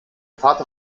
vater